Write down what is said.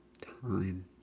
time